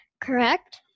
Correct